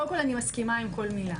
קודם כל אני מסכימה עם כל מילה.